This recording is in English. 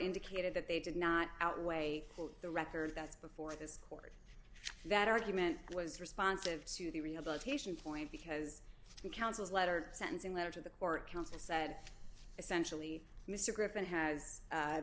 indicated that they did not outweigh the record that's before this court that argument was responsive to the rehabilitation point because the council's letter sentencing letter to the court counsel said essentially mr griffin ha